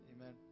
Amen